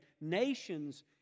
nations